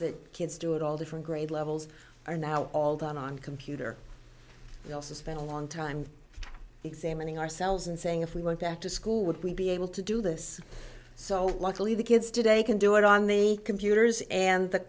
that kids do it all different grade levels are now all done on computer we also spent a long time examining ourselves and saying if we went back to school would we be able to do this so luckily the kids today can do it on the computers and the